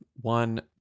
one